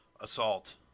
assault